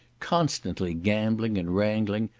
constantly gambling and wrangling,